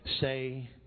say